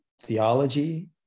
theology